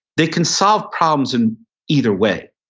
they can solve problems in either way,